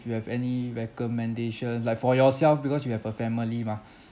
you have any recommendation like for yourself because you have a family mah